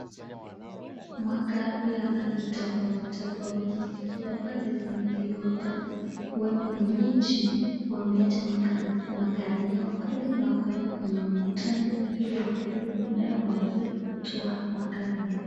Magari ya rangi tofauti tofauti, yakiwa yameekwa pale, huenda wenyewe wameacha magari yao wakaenda mkutano ili wakirudi wachukue magari yao.